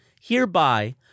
hereby